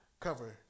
cover